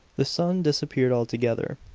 the sun disappeared altogether.